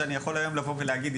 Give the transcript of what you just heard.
שאני יכול היום לבוא ולהגיד,